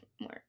more